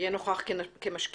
יהיה נוכח כמשקיף?